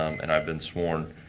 um and i've been so and